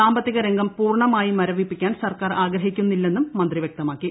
സാമ്പത്തികരംഗം പൂർണ്ണമായും മരവിപ്പിക്കാൻ സർക്കാർ ആഗ്രഹിക്കുന്നില്ലെന്നും മന്ത്രി വ്യക്തമാക്കി